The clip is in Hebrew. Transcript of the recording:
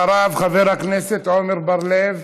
אחריו, חבר הכנסת עמר בר-לב,